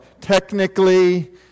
technically